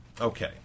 Okay